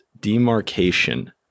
Demarcation